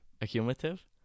accumulative